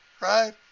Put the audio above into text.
Right